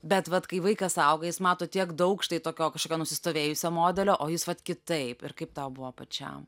bet vat kai vaikas auga jis mato tiek daug štai tokio kažkokio nusistovėjusio modelio o jūs vat kitaip ir kaip tau buvo pačiam